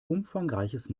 umfangreiches